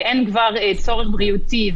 וכבר אין צורך בריאותי,